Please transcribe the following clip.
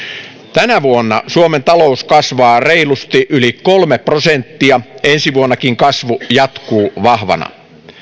tänä vuonna suomen talous kasvaa reilusti yli kolme prosenttia ensi vuonnakin kasvu jatkuu vahvana